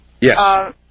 Yes